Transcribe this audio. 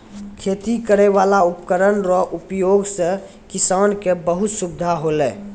खेती करै वाला उपकरण रो उपयोग से किसान के बहुत सुबिधा होलै